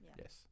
Yes